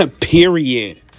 Period